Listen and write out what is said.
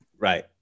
Right